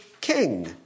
king